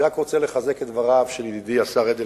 אני רק רוצה לחזק את דבריו של ידידי השר אדלשטיין.